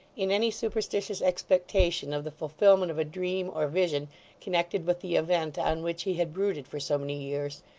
in any superstitious expectation of the fulfilment of a dream or vision connected with the event on which he had brooded for so many years,